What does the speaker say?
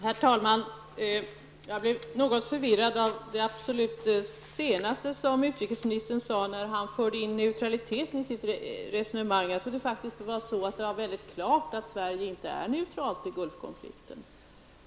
Herr talman! Jag blir något förvirrad av det absolut senaste som utrikesministern sade när han förde in neutraliteten i sitt resonemang. Jag trodde att det var klart att Sverige inte är neutralt i Gulfkrisen.